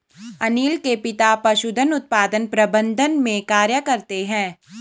अनील के पिता पशुधन उत्पादन प्रबंधन में कार्य करते है